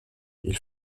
ils